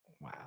Wow